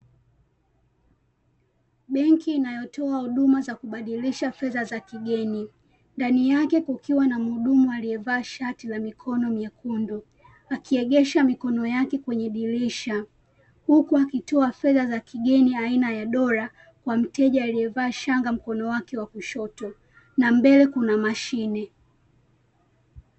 Benki inayotoa huduma za kubadilisha fedha za kigeni. Ndani yake kukiwa na mhudumu aliyevaa shati la mikono myekundu, akiegesha mikono yake kwenye dirisha. Huku akitoa fedha za kigeni aina ya dola kwa mteja aliyevaa shanga mkono wake wa kushoto na mbele kuna mashine.